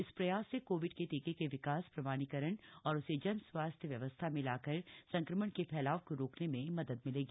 इस प्रयास से कोविड के टीके के विकास प्रमाणीकरण और उसे जन स्वास्थ्य व्यवस्था में लाकर संक्रमण के फैलाव को रोकने में मदद मिलेगी